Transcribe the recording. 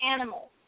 animals